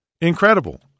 incredible